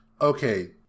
okay